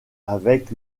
avec